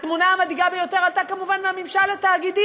התמונה המדאיגה ביותר עלתה כמובן מהממשל התאגידי,